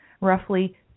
roughly